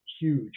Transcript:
huge